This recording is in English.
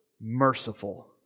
Merciful